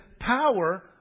power